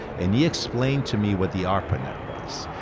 and he explained to me what the arpanet was,